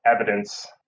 evidence